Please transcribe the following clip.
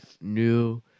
new